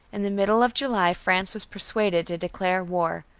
in the middle of july, france was persuaded to declare war.